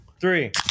three